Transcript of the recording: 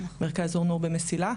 מרכז אור-נור במסילה,